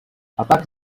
attack